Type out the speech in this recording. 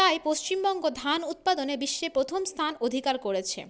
তাই পশ্চিমবঙ্গ ধান উৎপাদনে বিশ্বে প্রথম স্থান অধিকার করেছে